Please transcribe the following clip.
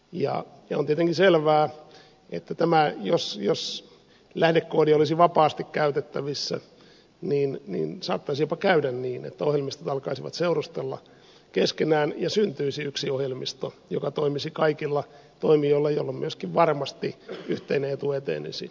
ja on tietenkin selvää että jos tämä lähdekoodi olisi vapaasti käytettävissä niin saattaisi jopa käydä niin että ohjelmistot alkaisivat seurustella keskenään ja syntyisi yksi ohjelmisto joka toimisi kaikilla toimijoilla jolloin myöskin varmasti yhteinen etu etenisi